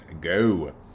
go